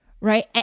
Right